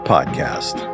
Podcast